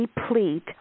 deplete